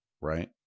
right